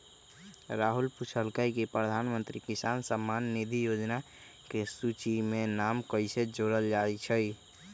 राहुल पूछलकई कि प्रधानमंत्री किसान सम्मान निधि योजना के सूची में नाम कईसे जोरल जाई छई